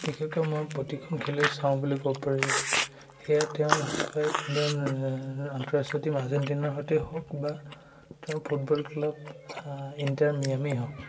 বিশেষকৈ মই প্ৰতিখন খেলেই চাওঁ বুলি ক'ব পাৰি সেয়া তেওঁ হয় তেওঁৰ আন্তঃৰাষ্ট্ৰীয় টীম আৰ্জেণ্টিনাৰ সৈতেই হওক বা তেওঁৰ ফুটবল ক্লাৱ ইণ্টাৰ মিয়ামিয়েই হওক